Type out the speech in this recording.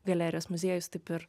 galerijas muziejus taip ir